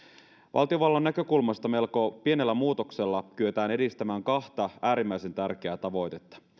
valtiovallan näkökulmasta melko pienellä muutoksella kyetään edistämään kahta äärimmäisen tärkeää tavoitetta